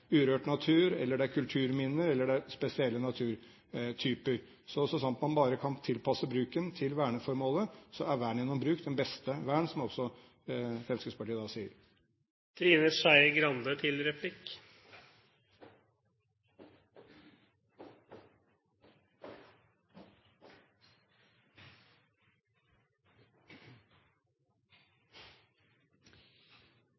urørt natur, kulturminner eller det er spesielle naturtyper. Så sant man bare kan tilpasse bruken til verneformålet, er vern gjennom bruk det beste vern – som også Fremskrittspartiet